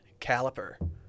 Caliper